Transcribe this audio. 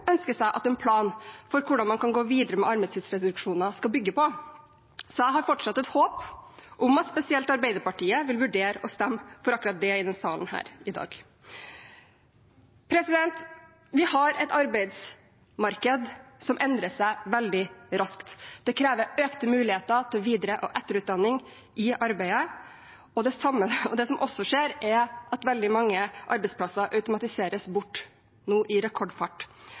at en plan for hvordan man kan gå videre med arbeidstidsreduksjoner, skal bygge på. Så jeg har fortsatt et håp om at spesielt Arbeiderpartiet vil vurdere å stemme for akkurat det i denne salen her i dag. Vi har et arbeidsmarked som endrer seg veldig raskt. Det krever økte muligheter til videre- og etterutdanning i arbeidet. Det som også skjer, er at veldig mange arbeidsplasser nå automatiseres bort i rekordfart.